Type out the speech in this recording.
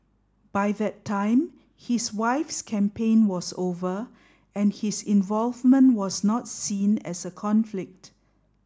by that time his wife's campaign was over and his involvement was not seen as a conflict